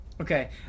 Okay